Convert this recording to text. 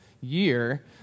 year